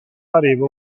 pareva